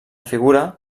figura